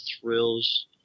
thrills